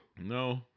No